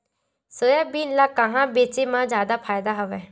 Soybean ल कहां बेचे म जादा फ़ायदा हवय?